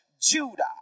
Judah